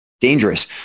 dangerous